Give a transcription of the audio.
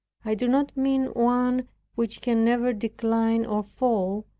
i do not mean one which can never decline or fall,